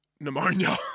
pneumonia